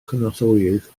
cynorthwyydd